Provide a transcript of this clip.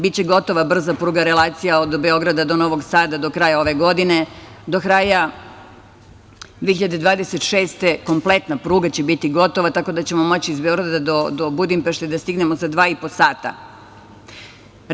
Biće gotova brza pruga relacija od Beograda do Novog Sada do kraja ove godine, do kraja 2026. godine kompletna pruga će biti gotova, tako da ćemo moći iz Beograda do Budimpešte da stignemo za dva i po sata.